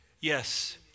Yes